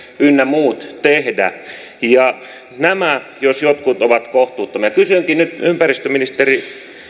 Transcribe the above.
ynnä muut tehdä nämä jos jotkut ovat kohtuuttomia kysynkin nyt ympäristöministeri